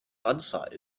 unsought